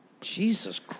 Jesus